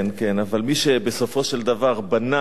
כן, כן, אבל מי שבסופו של דבר בנה